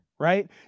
right